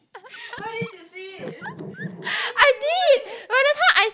I did by the time I